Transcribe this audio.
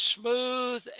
smooth